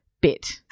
bit